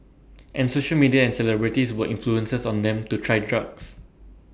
and social media and celebrities were influences on them to try drugs